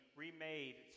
remade